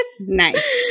Nice